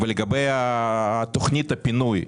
ולגבי תוכנית הפינוי,